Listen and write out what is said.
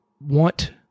want